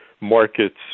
markets